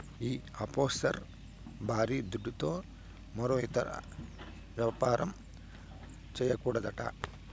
ఈ ఆఫ్షోర్ బారీ దుడ్డుతో మరో ఇతర యాపారాలు, చేయకూడదట